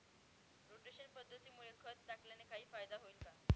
Rotation पद्धतीमुळे खत टाकल्याने काही फायदा होईल का?